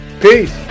Peace